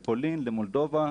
לפולין, למולדובה,